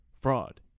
fraud